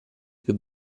più